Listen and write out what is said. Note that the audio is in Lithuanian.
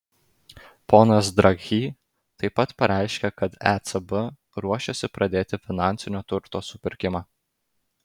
ponas draghi taip pat pareiškė kad ecb ruošiasi pradėti finansinio turto supirkimą